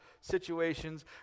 situations